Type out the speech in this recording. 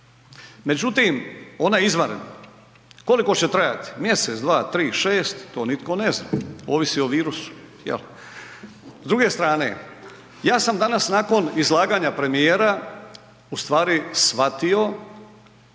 Međutim, ona je izvanredna. Koliko će trajati, mjesec, dva, tri, šest, to nitko ne zna, ovisi o virusu jel? S druge strane, ja sam danas nakon izlaganja premijera u stvari shvatio,